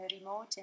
remote